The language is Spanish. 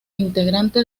integrante